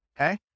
Okay